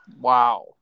Wow